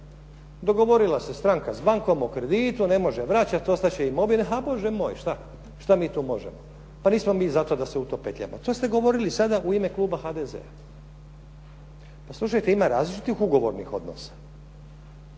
Dogovorila se stranka s bankom o kreditu, ne može vraćati, ostati će imovine, a Bože moj, što mi tu možemo? Pa nismo mi zato da se u to petljamo. To ste govorili sada u ime kluba HDZ-a. Pa slušajte, ima različitih ugovornih odnosa.